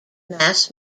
mass